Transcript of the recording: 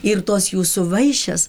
ir tos jūsų vaišės